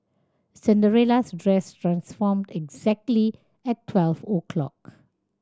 Cinderella's dress transformed exactly at twelve o' clock